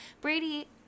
brady